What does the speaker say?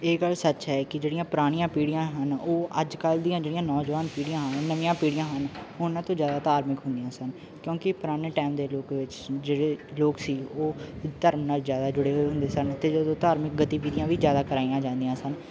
ਇਹ ਗੱਲ ਸੱਚ ਹੈ ਕਿ ਜਿਹੜੀਆਂ ਪੁਰਾਣੀਆਂ ਪੀੜ੍ਹੀਆਂ ਹਨ ਉਹ ਅੱਜ ਕੱਲ੍ਹ ਦੀਆਂ ਜਿਹੜੀਆਂ ਨੌਜਵਾਨ ਪੀੜ੍ਹੀਆਂ ਹਨ ਨਵੀਆਂ ਪੀੜ੍ਹੀਆਂ ਹਨ ਉਹਨਾਂ ਤੋਂ ਜ਼ਿਆਦਾ ਧਾਰਮਿਕ ਹੁੰਦੀਆਂ ਸਨ ਕਿਉਂਕਿ ਪੁਰਾਣੇ ਟਾਈਮ ਦੇ ਯੁੱਗ ਵਿੱਚ ਜਿਹੜੇ ਲੋਕ ਸੀ ਉਹ ਧਰਮ ਨਾਲ ਜ਼ਿਆਦਾ ਜੁੜੇ ਹੋਏ ਹੁੰਦੇ ਸਨ ਅਤੇ ਜਦੋਂ ਧਾਰਮਿਕ ਗਤੀਵਿਧੀਆਂ ਵੀ ਜ਼ਿਆਦਾ ਕਰਾਈਆਂ ਜਾਂਦੀਆਂ ਸਨ